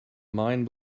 mind